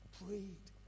prayed